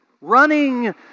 running